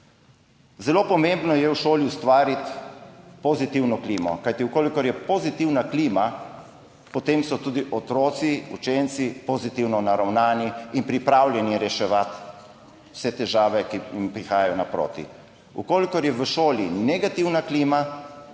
Zelo pomembno je v šoli ustvariti pozitivno klimo, kajti če je pozitivna klima, potem so tudi otroci, učenci pozitivno naravnani in pripravljeni reševati vse težave, ki jim prihajajo naproti. Če je v šoli negativna klima,